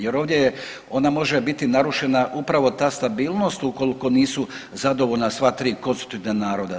Jer ovdje ona može biti narušena upravo ta stabilnost ukoliko nisu zadovoljna sva tri konstitutivna naroda.